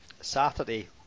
Saturday